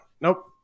Nope